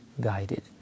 guided